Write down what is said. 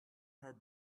her